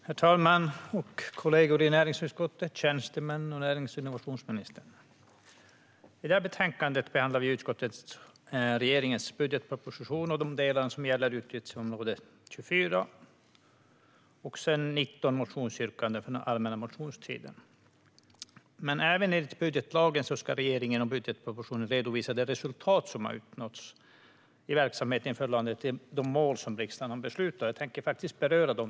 Herr talman! Kollegor i näringsutskottet, tjänstemän och närings och innovationsministern! I detta betänkande behandlar utskottet regeringens budgetproposition i de delar som gäller utgiftsområde 24 samt 19 motionsyrkanden från allmänna motionstiden. Men även enligt budgetlagen ska regeringen i budgetpropositionen redovisa de resultat som har uppnåtts i verksamheten i förhållande till de mål som riksdagen har beslutat. Jag tänkte beröra de målen.